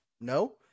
No